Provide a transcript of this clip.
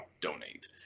donate